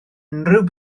unrhyw